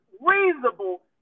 reasonable